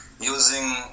using